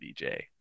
DJ